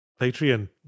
Patreon